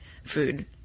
Food